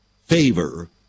favor